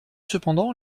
cependant